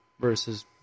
versus